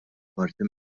parti